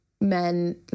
men